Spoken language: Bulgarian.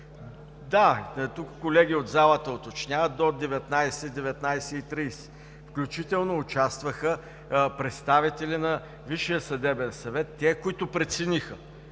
тук колеги от залата уточняват, до 19,00 – 19,30 ч. Включително участваха представители на Висшия съдебен съвет, тези, които прецениха,